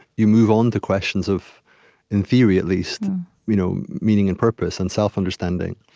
you move on to questions of in theory, at least you know meaning and purpose and self-understanding.